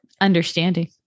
understanding